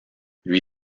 lui